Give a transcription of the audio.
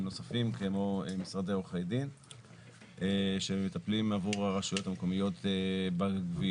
נוספים כמו משרדי עורכי דין שמטפלים עבור הרשויות המקומיות בגבייה.